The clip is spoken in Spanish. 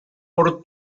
por